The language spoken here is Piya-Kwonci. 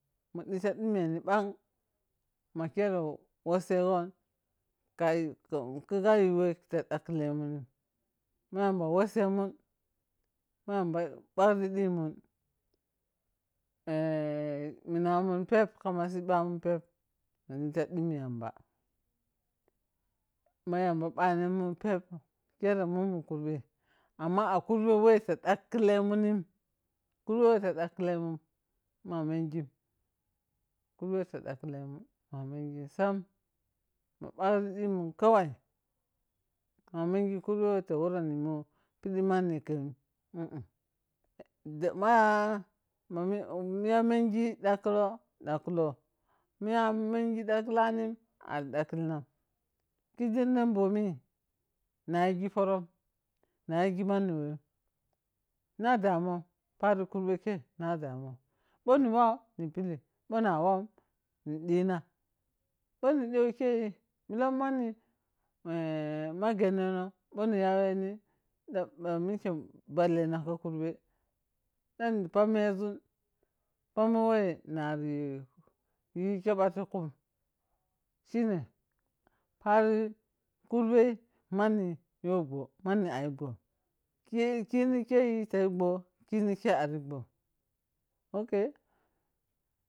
Mudita ɗeta dimeni ɓang ma khere woseghon ka kagha yi we wo ta dagkhe lomunim ma yamba wosemun ma yamba bagri diman minamun peb kama sibamun peb mu dita ɗita dhimi yamba bho yamba khere mun mun kurbe amma a kurbe wo ta dagkhilerunim, kurbe we ta da khelemunem, munda mengimokurbe we ta dakhetemo sam. Ma bagri deman kawa. Ma mengi kurbe wofo woron nimun piɗi manni kem ih ih, bama bho miya mingi dagkblo dagkholo. bho miya amengi laskhalin ari dagkhilam kisi ne bhemi nayegi parom na yigil na da pari kurbe ke na na damom pari kurbe khe na damom. bloni wo ni pili bho na wam ɗina bhan dewo keyi milam mani eh milam manni ma genneno ni yaweni ɗan ɗan mike ballene ka kurbe dani pamezun, pamo we nari yan kheba tukam sihine har kurbei maniri you bhe mani aya bho kini keyi tayi bho kini keyi ari bho mok.